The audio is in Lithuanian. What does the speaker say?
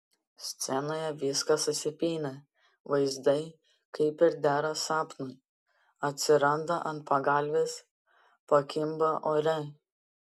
scenoje viskas susipynę vaizdai kaip ir dera sapnui atsiranda ant pagalvės pakimba ore